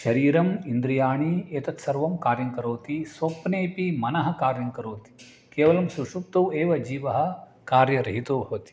शरीरम् इन्द्रियाणि एतत्सर्वं कार्यं करोति स्वप्नेपि मनः कार्यङ्करोति केवलं सुषुप्तौ एव जीवः कार्यरहितो भवति